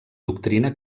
doctrina